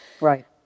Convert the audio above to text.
right